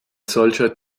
solcher